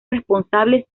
responsables